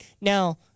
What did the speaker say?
Now